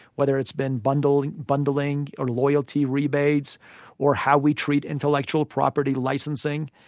whether it's been bundling bundling or loyalty rebates or how we treat intellectual property licensing,